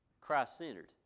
Christ-centered